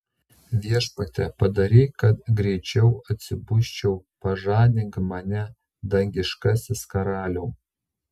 viešpatie padaryk kad greičiau atsibusčiau pažadink mane dangiškasis karaliau